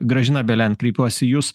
gražina belen kreipiuosi į jus